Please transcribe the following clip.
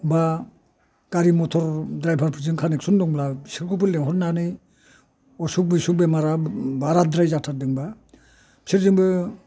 एबा गारि मथर ड्राइभारफोरजों कानेकसन दंङोब्ला बिसोरखौबो लिंहरनानै उसुख बिसुख बेमारा बाराद्राय जाथारदोंब्ला बिसोरजोंबो